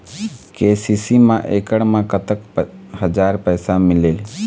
KCC मा एकड़ मा कतक हजार पैसा मिलेल?